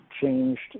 changed